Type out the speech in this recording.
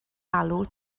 alw